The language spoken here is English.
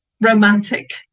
romantic